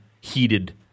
heated